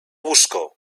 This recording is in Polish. łóżko